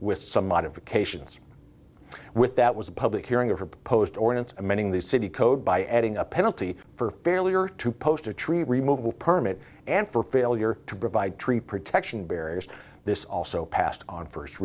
with some modifications with that was a public hearing of her post or amending the city code by adding a penalty for failure to post a tree removal permit and for failure to provide tree protection barriers this also passed on first